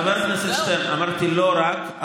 חבר הכנסת שטרן, אמרתי: לא רק.